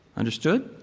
understood?